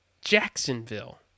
Jacksonville